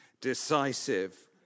decisive